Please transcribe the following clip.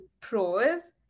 pros